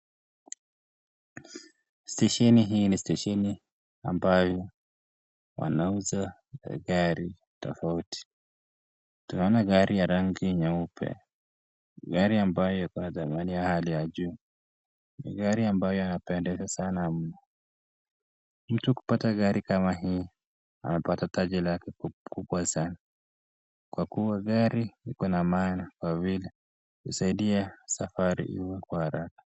Stesheni hii ni stesheni ambayo wanauza magari tofauti. Tunaona gari ya rangi nyeupe. Gari ambayo ikiwa na dhamana ya hali ya juu. Ni gari ambayo inapendeza sana mno. Mtu kupata gari kama hii amepata taji lake kubwa sana, kwa kuwa gari iko na maana kwa vile husaidia safari iwe kwa haraka.